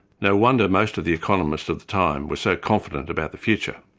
no wonder most of the economists of the time were so confident about the future.